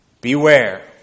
beware